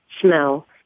smell